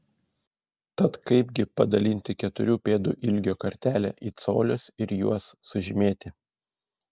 tad kaipgi padalinti keturių pėdų ilgio kartelę į colius ir juos sužymėti